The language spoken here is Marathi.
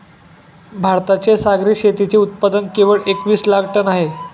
भारताचे सागरी शेतीचे उत्पादन केवळ एकवीस लाख टन आहे